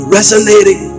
resonating